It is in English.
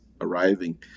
arriving